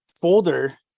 folder